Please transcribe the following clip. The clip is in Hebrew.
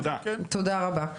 תודה רבה.